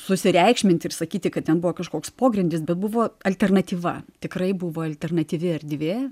susireikšminti ir sakyti kad ten buvo kažkoks pogrindis bebuvo alternatyva tikrai buvo alternatyvi erdvė